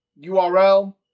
URL